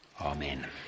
Amen